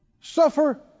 Suffer